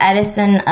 Edison